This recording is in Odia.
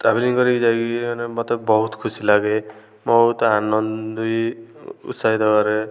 ଟ୍ରାଭେଲିଂ କରିକି ଯାଇକି ବି ମାନେ ମୋତେ ବହୁତ ଖୁସି ଲାଗେ ବହୁତ ଆନନ୍ଦ ବି ଉତ୍ସାହିତ କରେ